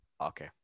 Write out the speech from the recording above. Okay